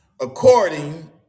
according